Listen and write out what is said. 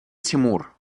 тимур